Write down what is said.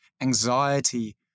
anxiety